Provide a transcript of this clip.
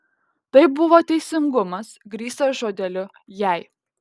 tai buvo teisingumas grįstas žodeliu jei